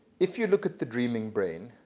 if you look at the dreaming brain,